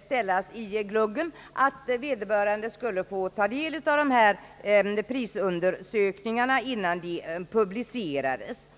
ställas i gluggen har vi föreslagit att vederbörande skulle få ta del av prisundersökningarna, innan de publicerades.